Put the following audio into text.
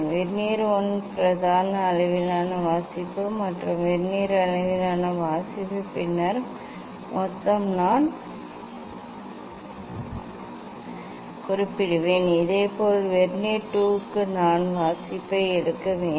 vernier 1 பிரதான அளவிலான வாசிப்பு மற்றும் வெர்னியர் அளவிலான வாசிப்பு பின்னர் மொத்தம் நான் குறிப்பிடுவேன் இதேபோல் வெனியர் 2 க்கு நான் வாசிப்பை எடுக்க வேண்டும்